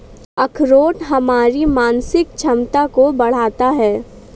अखरोट हमारी मानसिक क्षमता को बढ़ाता है